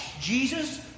Jesus